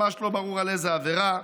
ממש לא ברור באיזו עבירה.